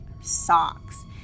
socks